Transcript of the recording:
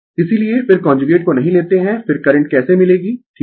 इसीलिये फिर कांजुगेट को नहीं लेते है फिर करंट कैसे मिलेगी ठीक है